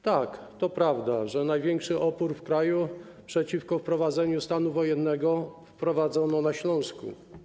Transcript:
Tak, to prawda, że największy opór w kraju przeciwko wprowadzeniu stanu wojennego był na Śląsku.